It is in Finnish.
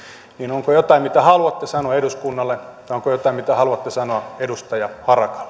niin onko jotain mitä haluatte sanoa eduskunnalle ja onko jotain mitä haluatte sanoa edustaja